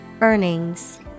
Earnings